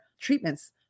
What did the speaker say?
treatments